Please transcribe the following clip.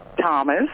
Thomas